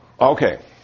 Okay